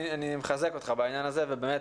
אני מחזק אותך בעניין הזה, ובאמת